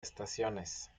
estaciones